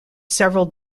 several